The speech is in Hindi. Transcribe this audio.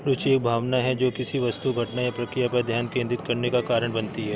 रूचि एक भावना है जो किसी वस्तु घटना या प्रक्रिया पर ध्यान केंद्रित करने का कारण बनती है